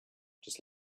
just